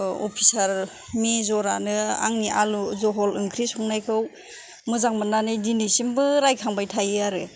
ओ अफिसार मेज'रआनो आंनि आलु जह'ल ओंख्रि संनायखौ मोजां मोननानै दिनैसिमबो रायखांबाय थायो आरो